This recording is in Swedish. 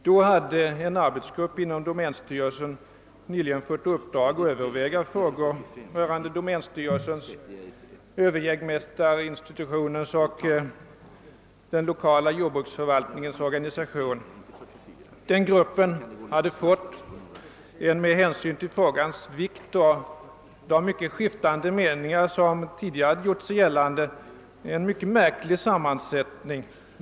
Då hade en arbetsgrupp inom domänstyrelsen nyligen fått i uppdrag att överväga frågor rörande domänstyrelsens, överjägmästarinstitutionens och den lokala jordbruksförvaltningens organisation. Den gruppen hade fått en med hänsyn till frågans vikt och de mycket skiftande meningar som tidigare gjort sig gällande mycket märklig sammansättning.